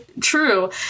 true